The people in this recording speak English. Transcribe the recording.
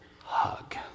hug